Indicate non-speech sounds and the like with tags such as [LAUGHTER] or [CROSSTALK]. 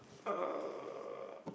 [BREATH]